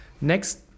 Next